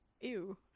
Ew